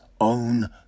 own